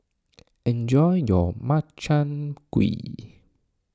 enjoy your Makchang Gui